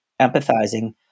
empathizing